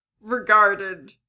regarded